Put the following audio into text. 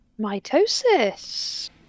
mitosis